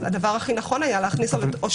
אז הדבר הכי נכון היה להכניס אותו כאן.